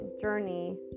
journey